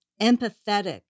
empathetic